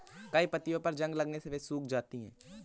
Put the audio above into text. कई पत्तियों पर जंग लगने से वे सूख जाती हैं